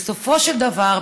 בסופו של דבר,